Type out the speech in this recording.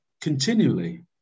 continually